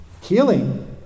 healing